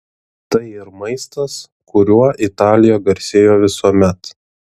tai ir maistas kuriuo italija garsėjo visuomet